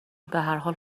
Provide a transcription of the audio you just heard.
بحرحال